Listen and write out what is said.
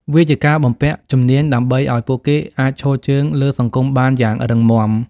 វាជាការបំពាក់ជំនាញដើម្បីឱ្យពួកគេអាចឈរជើងលើសង្គមបានយ៉ាងរឹងមាំ។